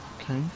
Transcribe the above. okay